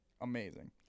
Amazing